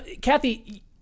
Kathy